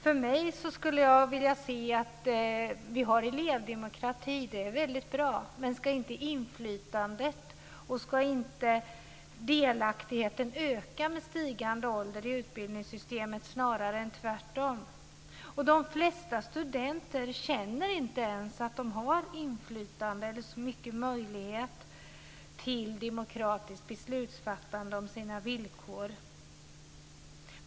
Jag skulle vilja se att vi hade elevdemokrati. Det är väldigt bra. Men ska inte inflytandet och delaktigheten öka i utbildningssystemet med stigande ålder snarare än tvärtom? De flesta studenter känner inte ens att de har inflytande eller särskilt stora möjligheter till demokratiskt beslutsfattande om sina villkor.